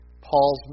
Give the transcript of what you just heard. Paul's